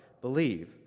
Believe